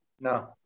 No